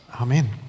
Amen